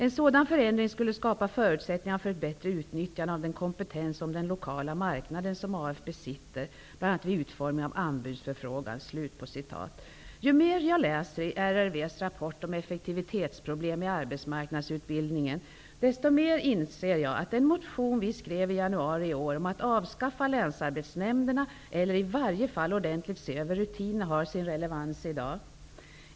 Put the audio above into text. En sådan förändring skulle skapa förutsättningar för ett bättre utnyttjande av den kompetens om den lokala marknaden som AF besitter, bl.a. vid utformning av anbudsförfrågan.'' Ju mer jag läser i RRV:s rapport om effektivitetsproblem i arbetsmarknadsutbildningen, desto mer inser jag att den motion vi skrev i januari i år om att avskaffa länsarbetsnämnderna, eller i varje fall ordentligt se över rutinerna, har sin relevans i dag.